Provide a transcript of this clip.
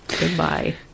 Goodbye